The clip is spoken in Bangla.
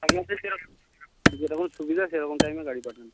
যেরকম সুবিধা সেরকম টাইমে গাড়ি পাঠান